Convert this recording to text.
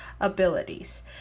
abilities